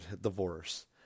divorce